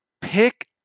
pick